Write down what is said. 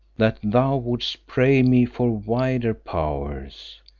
that thou wouldst pray me for wider powers,